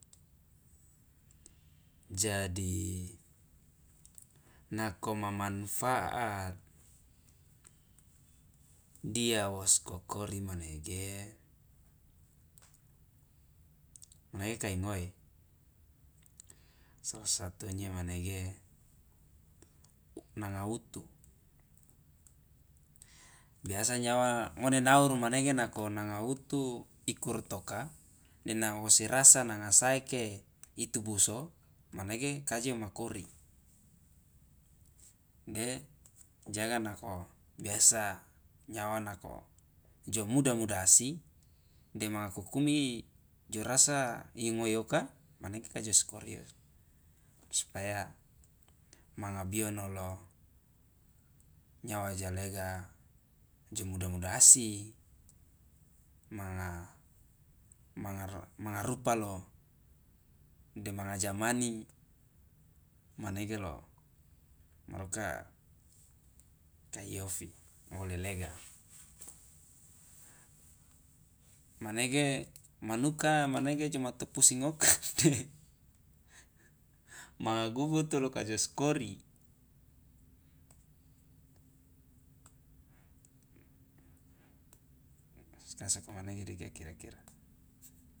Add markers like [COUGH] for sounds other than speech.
Jadi nako mamanfaat dia woskokori manege manege kai ngoe sala satunya manege nanga utu biasa nyawa ngone nauru manege nako nanga utu ikurutoka de na wosi rasa nanga saeke itubuso kaje wo kori de jaga nako biasa nyawa nako jo muda mudasi de manga kukumi jo rasa ingoe oka manege kajoskori oli supaya manga biono lo nyawa jo lega jo muda mudasi manga manga rupa lo demanga zamani manege lo maruka kai ofi wo lelega manege manuka manege joma tupusing oka de [LAUGHS] manga gugutu lo kajoskori sokomanege dika kira kira.